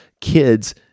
kids